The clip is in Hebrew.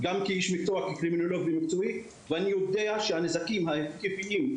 ככל שיעלו עניינים הנוגעים לקטינים וקטינות